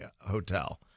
hotel